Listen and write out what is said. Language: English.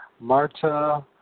Marta